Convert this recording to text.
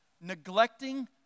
Neglecting